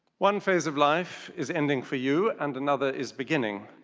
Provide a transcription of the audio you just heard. one phase of life is ending for you and another is beginning.